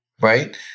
right